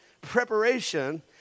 preparation